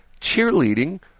cheerleading